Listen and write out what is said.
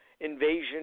invasion